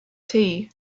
tea